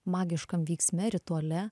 magiškam vyksm rituale